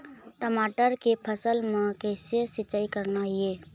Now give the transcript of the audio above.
टमाटर के फसल म किसे सिचाई करना ये?